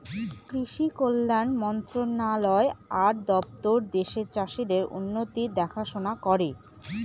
কৃষি কল্যাণ মন্ত্রণালয় আর দপ্তর দেশের চাষীদের উন্নতির দেখাশোনা করে